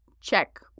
check